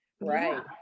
Right